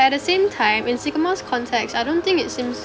at the same time and in most context I don't think it seems